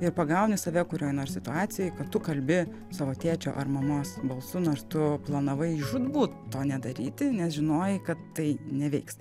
ir pagauni save kurioj nors situacijoj kad tu kalbi savo tėčio ar mamos balsu nors tu planavai žūtbūt to nedaryti nes žinojai kad tai neveiks